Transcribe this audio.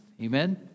Amen